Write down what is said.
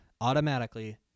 automatically